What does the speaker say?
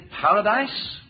paradise